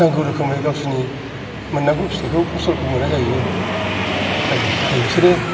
नांगौ रोखोमै गावसिनि मोन्नांगौ फिथाइखौ फसलखौ मोना जाहैयो जायनि थाखाय बिसोरो